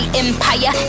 empire